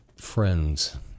friends